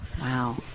Wow